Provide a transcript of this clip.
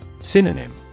Synonym